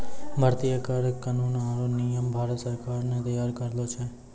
भारतीय कर कानून आरो नियम भारत सरकार ने तैयार करलो छै